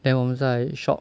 then 我们在 shop